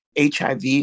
HIV